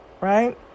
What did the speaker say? right